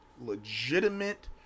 legitimate